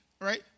right